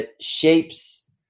shapes